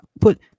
put